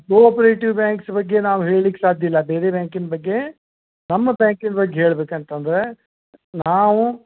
cooperative banks ಬಗ್ಗೆ ನಾವು ಹೇಳ್ಲಿಕ್ಕೆ ಸಾಧ್ಯ ಇಲ್ಲ ಬೇರೆ ಬ್ಯಾಂಕಿನ ಬಗ್ಗೆ ನಮ್ಮ ಬ್ಯಾಂಕಿನ ಬಗ್ಗೆ ಹೇಳ್ಬೇಕು ಅಂತಂದರೆ ನಾವು